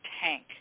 tank